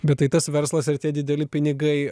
bet tai tas verslas ir tie dideli pinigai